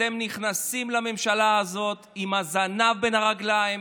אתם נכנסים לממשלה הזאת עם הזנב בין הרגליים,